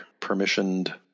permissioned